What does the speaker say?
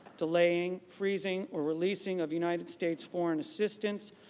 delaying, freezing or releasing of united states foreign assistance,